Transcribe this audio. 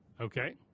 Okay